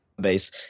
Base